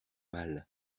mal